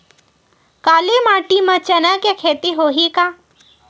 काली माटी म चना के खेती होही का?